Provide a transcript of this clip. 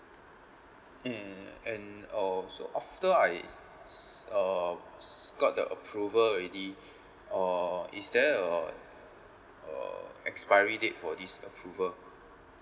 hmm and also after I s~ uh s~ got the approval already uh is there a uh expiry date for this approval